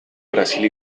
brasil